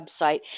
website